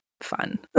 fun